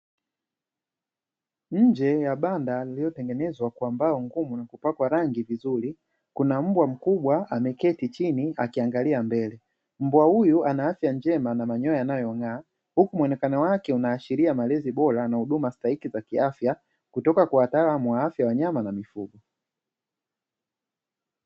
Nje ya banda lililotengenezwa kwa mbao ngumu na kupakwa rangi vizuri, kuna mbwa mkubwa ameketi chini akiangalia mbele. Mbwa huyu ana afya njema na manyoya yanayong'aa, huku muonekano wake unaashiria malezi bora na huduma stahiki za kiafya, kutoka kwa wataalamu wa afya ya wanyama na mifugo.